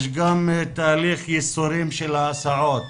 יש גם תהליך ייסורים של ההסעות